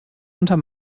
unter